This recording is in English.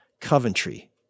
Coventry